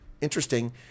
Interesting